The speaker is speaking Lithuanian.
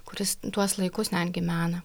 kuris tuos laikus netgi mena